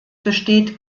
besteht